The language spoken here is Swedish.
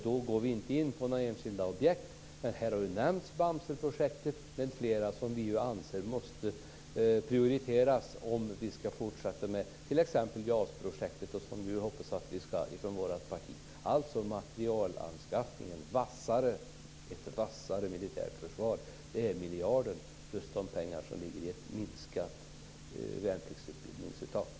Då går vi inte in på några enskilda objekt, men det har ju nämnts Bamseprojektet m.m. som vi anser måste prioriteras om vi skall fortsätta med t.ex. JAS projektet, som vi hoppas i vårt parti. Materielanskaffning och ett vassare militärt försvar är alltså vad miljarden, plus de pengar som ligger i ett minskat intag till värnpliktsutbildning, innebär.